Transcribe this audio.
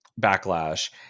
backlash